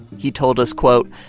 he told us, quote,